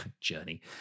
Journey